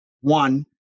one